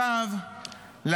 תגיד לי, אתה לא מתבייש?